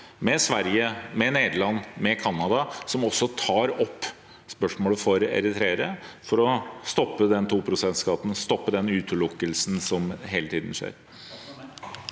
med Sverige, med Nederland, med Canada, som også tar opp spørsmål for eritreere – for å stoppe den 2 pst.-skatten og stoppe den utelukkelsen som hele tiden skjer?